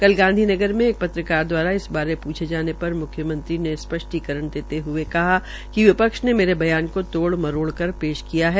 कल गांधी नगर में एक पत्रकार द्वारा इस बारे पूछे जाने पर मुख्यमंत्री ने स्पष्टीकरण देते हये कहा कि विपक्ष ने मेरे ब्यान को तोड़ मरोड़ कर पेश किया है